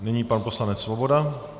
Nyní pan poslanec Svoboda.